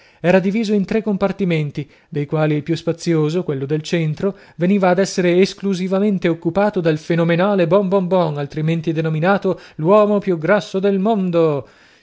era diviso in tre compartimenti dei quali il più spazioso quello del centro veniva ad essere esclusivamente occupato dal fenomenale boom bom bom altrimenti denominato l'uomo più grasso del mondo